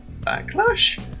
Backlash